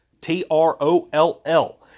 T-R-O-L-L